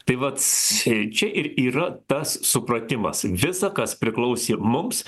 taip vat čia ir yra tas supratimas visa kas priklausė mums